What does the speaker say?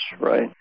right